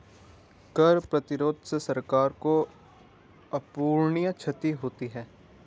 कर प्रतिरोध से सरकार को अपूरणीय क्षति होती है